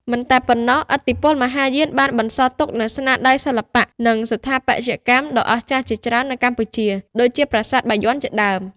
មិនតែប៉ុណ្ណោះឥទ្ធិពលមហាយានបានបន្សល់ទុកនូវស្នាដៃសិល្បៈ និងស្ថាបត្យកម្មដ៏អស្ចារ្យជាច្រើននៅកម្ពុជា ដូចជាប្រាសាទបាយ័នជាដើម។